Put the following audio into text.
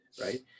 right